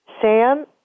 Sam